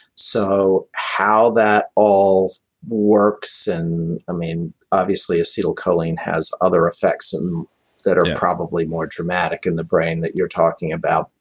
so how that all works, and i mean, obviously acetylcholine has other effects and that are probably more dramatic in the brain that you're talking about.